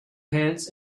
pants